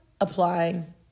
applying